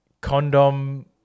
condom